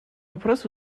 вопрос